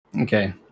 Okay